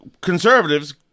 conservatives